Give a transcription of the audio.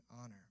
honor